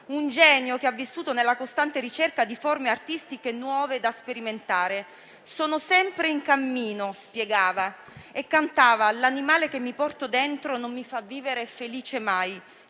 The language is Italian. un genio che ha vissuto nella costante ricerca di forme artistiche nuove da sperimentare. «Sono sempre in cammino» spiegava e cantava «l'animale che mi porto dentro non mi fa vivere felice mai.